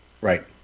Right